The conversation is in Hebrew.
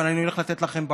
אבל אני הולך לתת לכם בראש,